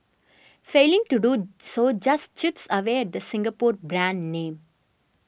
failing to do so just chips away the Singapore brand name